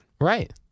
Right